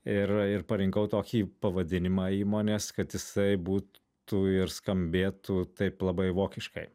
ir ir parinkau tokį pavadinimą įmonės kad jisai būtų ir skambėtų taip labai vokiškai